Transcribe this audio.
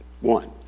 One